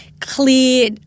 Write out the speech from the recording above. clear